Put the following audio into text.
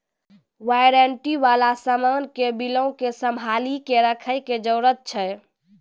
warranty बाला समान के बिलो के संभाली के रखै के जरूरत छै